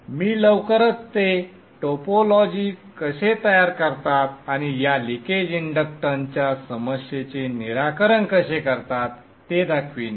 मी लवकरच ते टोपोलॉजी कसे तयार करतात आणि या लिकेज इंडक्टन्सच्या समस्येचे निराकरण कसे करतात ते दाखवीन